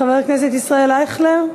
חבר הכנסת ישראל אייכלר.